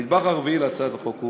הנדבך הרביעי להצעת החוק הוא